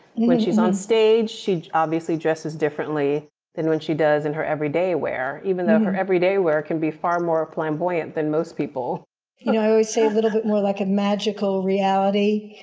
when she's on stage, she obviously dresses differently than when she does in her everyday wear even though her everyday wear can be far more flamboyant than most people. you know, i always say a little bit more like a magical reality,